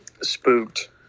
spooked